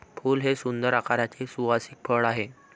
फूल हे सुंदर आकाराचे सुवासिक फळ आहे